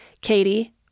Katie